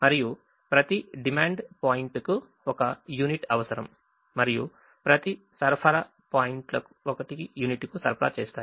మరియు ప్రతి డిమాండ్ పాయింట్కు 1 యూనిట్ అవసరం మరియు ప్రతి సరఫరా పాయింట్లు 1 యూనిట్ను సరఫరా చేస్తాయి